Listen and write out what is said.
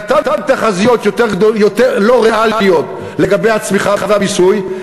נתן תחזיות לא ריאליות לגבי הצמיחה והמיסוי,